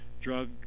drug